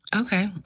Okay